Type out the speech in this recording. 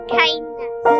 kindness